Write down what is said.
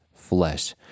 flesh